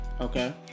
Okay